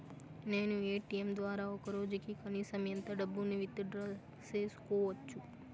నేను ఎ.టి.ఎం ద్వారా ఒక రోజుకి కనీసం ఎంత డబ్బును విత్ డ్రా సేసుకోవచ్చు?